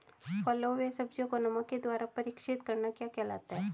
फलों व सब्जियों को नमक के द्वारा परीक्षित करना क्या कहलाता है?